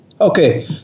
Okay